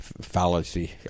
fallacy